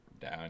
down